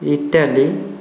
Italy